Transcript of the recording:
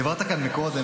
דיברת כאן קודם,